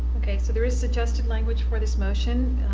ok. so there is suggested language for this motion.